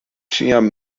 ĉiam